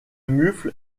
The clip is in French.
mufle